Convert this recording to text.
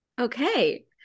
okay